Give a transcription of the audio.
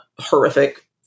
horrific